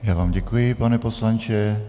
Já vám děkuji, pane poslanče.